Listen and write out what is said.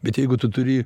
bet jeigu tu turi